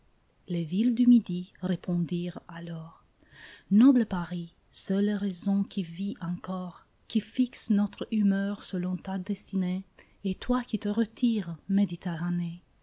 les villes du midi répondirent alors noble paris seule raison qui vis encore qui fixes notre humeur selon ta destinée et toi qui te retires méditerranée